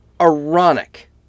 ironic